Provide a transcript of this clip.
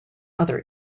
other